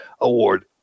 Award